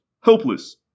helpless